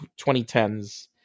2010s